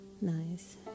nice